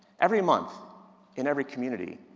every month in every community,